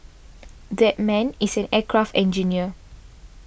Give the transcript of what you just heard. that man is an aircraft engineer